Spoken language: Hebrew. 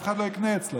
אף אחד לא יקנה אצלו.